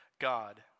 God